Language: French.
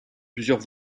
plusieurs